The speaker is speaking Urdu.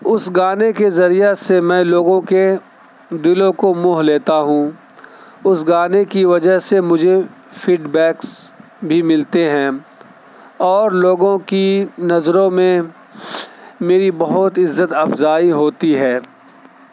اس گانے کے ذریعہ سے میں لوگوں کے دلوں کو موہ لیتا ہوں اس گانے کی وجہ سے مجھے فیڈ بیکس بھی ملتے ہیں اور لوگوں کی نظروں میں میری بہت عزت افزائی ہوتی ہے